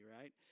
right